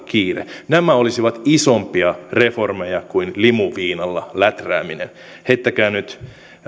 kiire nämä olisivat isompia reformeja kuin limuviinalla läträäminen heittäkää nyt